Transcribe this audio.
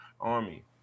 Army